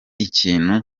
ikintu